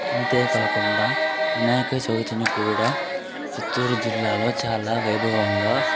అంతేకాకుండా వినాయక చవితిని కూడా చిత్తూరు జిల్లాలో చాలా వైభవంగా